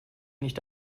nicht